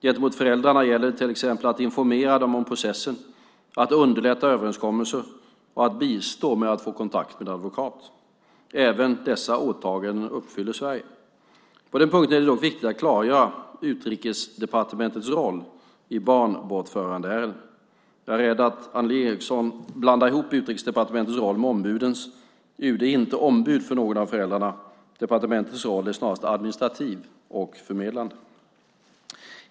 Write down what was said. Gentemot föräldrarna gäller det till exempel att informera dem om processen, underlätta överenskommelser och bistå med att få kontakt med advokat. Även dessa åtaganden uppfyller Sverige. På den här punkten är det dock viktigt att klargöra Utrikesdepartementets roll i barnbortförandeärenden. Jag är rädd att Annelie Enochson blandar ihop Utrikesdepartementets roll med ombudens. Utrikesdepartementet är inte ombud för någon av föräldrarna. Departementets roll är snarast administrativ och förmedlande.